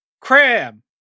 Cram